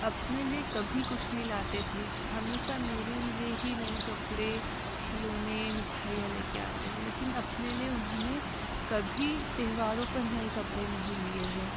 अपने लिए कभी कुछ नहीं लाते थे हमेशा मेरे लिए ही नए कपड़े खिलौने मिठाइयाँ ले कर आते रहे लेकिन अपने लिए उन्होंने कभी त्योहारों पर नए कपड़े नहीं लिए हैं